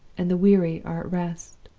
and the weary are at rest